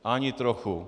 Ani trochu.